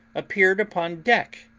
appeared upon deck,